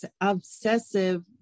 obsessive